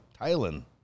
thailand